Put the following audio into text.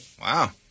Wow